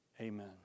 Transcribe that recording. Amen